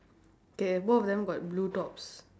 K both of them got blue tops